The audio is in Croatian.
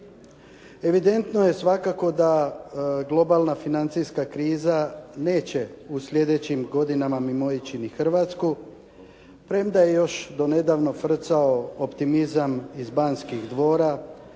Evidentno je svakako da globalna financijska kriza neće u slijedećim godinama mimoići ni Hrvatsku premda je još do nedavno frcao optimizam iz Banskih dvora